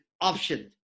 option